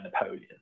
Napoleon